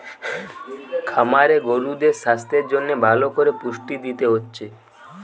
খামারে গরুদের সাস্থের জন্যে ভালো কোরে পুষ্টি দিতে হচ্ছে